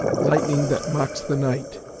lightning that mocks the night,